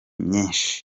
myinshi